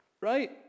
Right